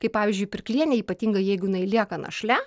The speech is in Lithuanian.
kaip pavyzdžiui pirklienė ypatingai jeigu jinai lieka našle